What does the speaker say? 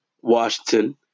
Washington